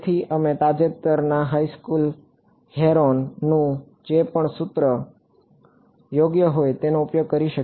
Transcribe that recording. તેથી અમે તાજેતરના હાઇસ્કૂલ હેરોનનું જે પણ સૂત્ર યોગ્ય હોય તેનો ઉપયોગ કરી શકીએ છીએ